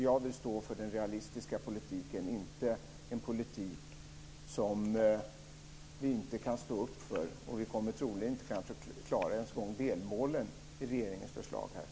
Jag vill stå för den realistiska politiken och inte för en politik som vi inte kan stå upp för. Med regeringens förslag kommer vi troligen inte ens att kunna klara delmålen.